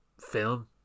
film